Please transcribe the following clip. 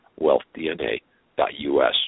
WealthDNA.us